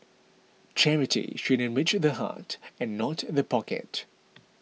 charity should enrich the heart and not in the pocket